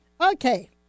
Okay